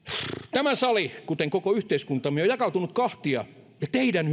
tämä sali kuten koko yhteiskuntamme on jakautunut kahtia ja teidän